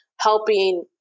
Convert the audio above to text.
helping